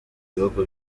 bihugu